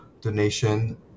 donation